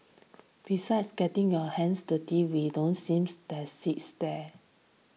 besides getting your hands dirty we don't seems that seats there